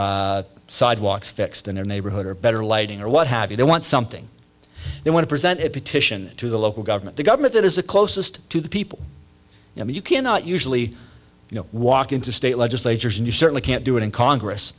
want sidewalks fixed in their neighborhood or better lighting or what have you they want something they want to present a petition to the local government the government that is the closest to the people and you cannot usually you know walk into state legislatures and you certainly can't do it in congress